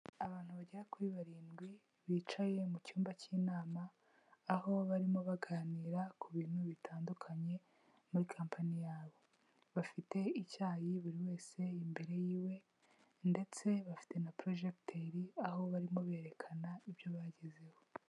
Abantu bagera kuri barindwi bicaye mu cyumba cy'inama, aho barimo baganira ku bintu bitandukanye muri kampani yabo, bafite icyayi buri wese imbere y'iwe ndetse bafite na porojegiteri aho barimo berekana ibyo bagezeho.